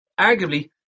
arguably